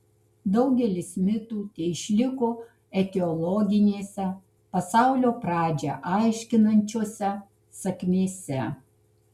daugelis mitų teišliko etiologinėse pasaulio pradžią aiškinančiose sakmėse